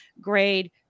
grade